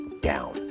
down